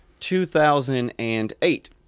2008